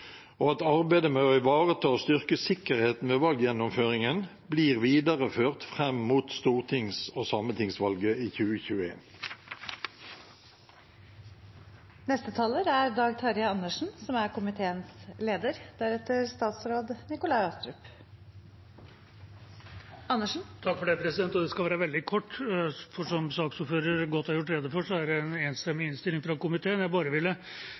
og at arbeidet med å ivareta og å styrke sikkerheten ved valggjennomføringen blir videreført fram mot stortings- og sametingsvalget i 2021. Jeg skal være veldig kort, for som saksordføreren har gjort godt rede for, er det en enstemmig innstilling fra komiteen. Jeg vil bare tillate meg å understreke et punkt som også ble nevnt, og det